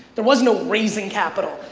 there was no raising capital.